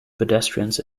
pedestrians